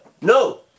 no